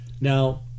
Now